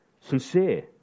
sincere